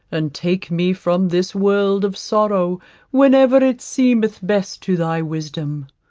and take me from this world of sorrow whenever it seemeth best to thy wisdom.